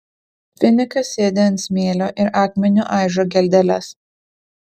finikas sėdi ant smėlio ir akmeniu aižo geldeles